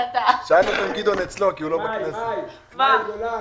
מאי גולן,